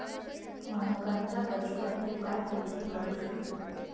मानकांच्या बदल्यात तू काय खरेदी करू शकतो?